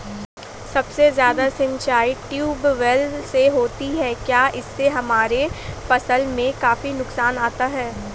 सबसे ज्यादा सिंचाई ट्यूबवेल से होती है क्या इससे हमारे फसल में काफी नुकसान आता है?